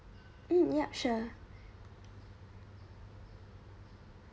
mm yup sure